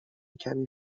کمی